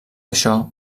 això